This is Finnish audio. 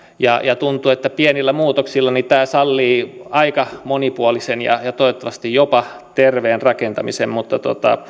ja tuntuu että pienillä muutoksilla tämä sallii aika monipuolisen ja ja toivottavasti jopa terveen rakentamisen mutta